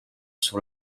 sur